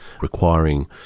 requiring